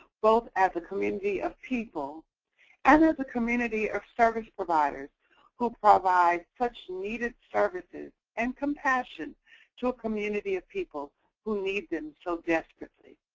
both as a community of people and as a community of service providers who provide such needed services and compassion to a community of people who need them so desperately.